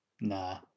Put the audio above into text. Nah